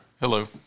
Hello